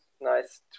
Nice